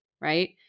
right